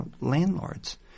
landlords